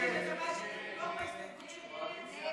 ההסתייגות (4) של חברת הכנסת איילת נחמיאס ורבין